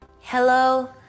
Hello